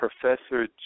Professor